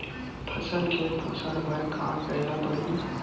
फसल के पोषण बर का करेला पढ़ही?